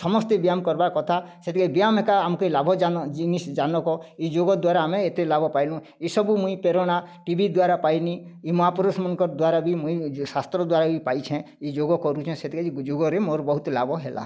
ସମସ୍ତେ ବ୍ୟାୟାମ୍ କରବାର୍ କଥା ସେଥିଲାଗି ବ୍ୟାୟାମ୍ ଏକା ଆମକେ ଲାଭ ଜିନିଷ୍ ଯାନିରଖ ଏଇ ଯୋଗ ଦ୍ଵାରା ଆମେ ଏତେ ଲାଭ ପାଇଲୁ ଏସବୁ ମୁଇଁ ପ୍ରେରଣା ଟିଭି ଦ୍ଵାରା ପାଇନି ଏ ମହାପୁରୁଷ୍ ମାନଙ୍କର୍ ଦ୍ଵାରା ବି ମୁଇଁ ଶାସ୍ତ୍ର ଦ୍ଵାରା ବି ପାଇଛେଁ ଏଇ ଯୋଗ କରୁଛେଁ ସେଥିଲାଗି ଏଇ ଯୋଗରେ ମୋର୍ ବହୁତ ଲାଭ ହେଲା